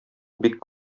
бик